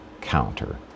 counter